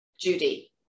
Judy